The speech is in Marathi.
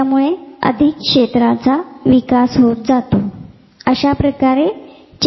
त्यामुळे अधिक क्षेत्राचा विकास होत जातो अशा प्रकारे चेतासंधीमध्ये बदल होतो